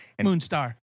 Moonstar